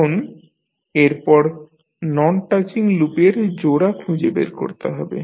এখন এরপর non touching লুপের্ জোড়া খুঁজে বের করতে হবে